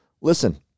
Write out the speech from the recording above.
listen